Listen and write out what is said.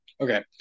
Okay